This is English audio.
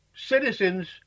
citizens